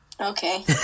Okay